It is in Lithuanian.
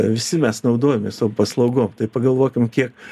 visi mes naudojamės savo paslaugom tai pagalvokim kiek